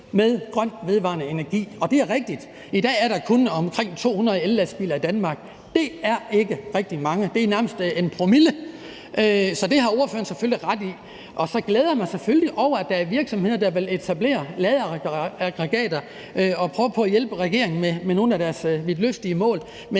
med grøn, vedvarende energi. Det er rigtigt. I dag er der kun omkring 200 ellastbiler i Danmark. Og det er ikke rigtig mange; det er nærmest 1 promille. Så det har ordføreren selvfølgelig ret i. Så glæder jeg mig selvfølgelig over, at der er virksomheder, der vil etablere ladeaggregater og prøver på at hjælpe regeringen med nogle af deres vidtløftige mål.